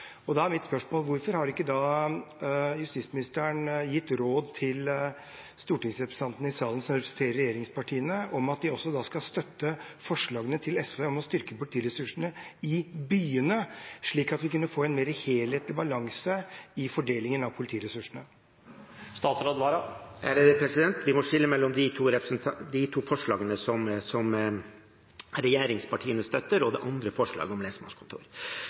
distriktene. Da er mitt spørsmål: Hvorfor har ikke justisministeren da gitt råd til de stortingsrepresentantene i salen som representerer regjeringspartiene, om å støtte forslagene fra SV om å styrke politiressursene i byene, slik at vi kunne fått en mer helhetlig balanse i fordelingen av politiressursene? Vi må skille mellom de to forslagene til vedtak som regjeringspartiene støtter, og det tredje forslaget om lensmannskontor.